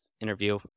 interview